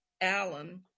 Allen